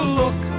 look